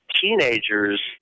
teenagers